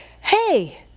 hey